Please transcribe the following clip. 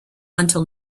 until